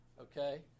okay